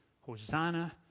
Hosanna